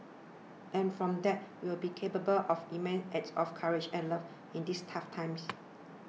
and from that we will be capable of immense acts of courage and love in this tough times